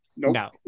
No